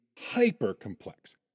hyper-complex